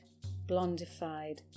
blondified